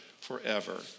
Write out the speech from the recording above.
forever